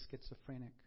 schizophrenic